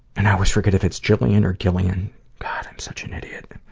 and i always forget if it's jillian or gillian. god, i'm such an idiot. ah,